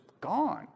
gone